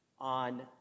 on